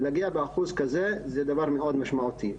להגיע לאחוז כזה הוא דבר מאוד משמעותי.